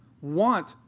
want